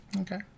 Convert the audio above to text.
okay